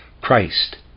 Christ